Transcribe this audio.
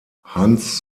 hans